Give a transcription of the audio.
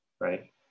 right